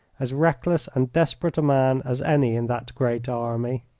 as reckless and desperate a man as any in that great army.